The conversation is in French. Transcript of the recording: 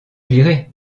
virer